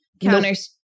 counters